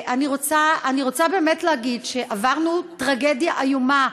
אני רוצה להגיד שעברנו טרגדיה איומה.